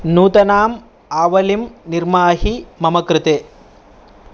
नूतनाम् आवलिं निर्माहि मम कृते